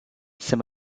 ces